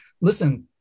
listen